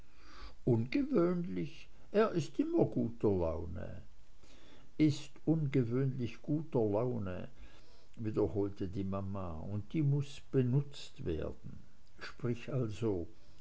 er ist immer in guter laune in ungewöhnlich guter laune wiederholte die mama und sie muß genutzt werden sprich also